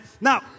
Now